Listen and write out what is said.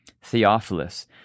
Theophilus